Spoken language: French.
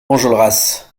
enjolras